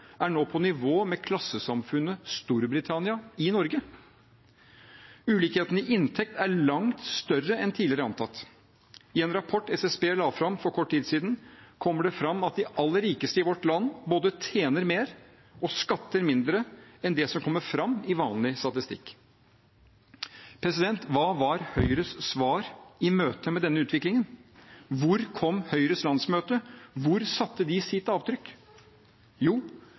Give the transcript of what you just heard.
er nå på nivå med klassesamfunnet Storbritannia – i Norge. Ulikhetene i inntekt er langt større enn tidligere antatt. I en rapport SSB la fram for kort tid siden, kommer det fram at de aller rikeste i vårt land både tjener mer og skatter mindre enn det som kommer fram i vanlig statistikk. Hva var Høyres svar i møte med denne utviklingen? Hvor kom Høyres landsmøte? Hvor satte de sitt avtrykk? Jo,